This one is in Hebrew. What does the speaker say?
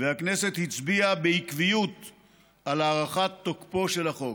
והכנסת הצביעה בעקביות על הארכת תוקפו של החוק.